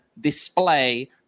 display